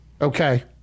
Okay